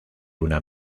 una